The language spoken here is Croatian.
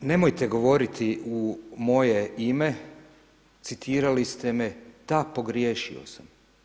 Nemojte govoriti u moje ime citirali ste me, da pogriješio sam.